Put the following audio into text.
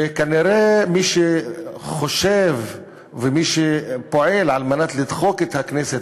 וכנראה מי שחושב ומי שפועל על מנת לדחוק את הכנסת